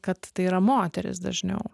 kad tai yra moterys dažniau